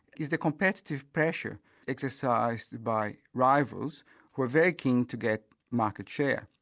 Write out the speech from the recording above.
is the competitive pressure exercised by rivals who are very keen to get market share.